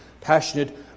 passionate